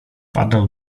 padał